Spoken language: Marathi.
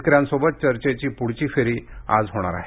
शेतकऱ्यांसोबत चर्चेची पुढची फेरी आज होणार आहे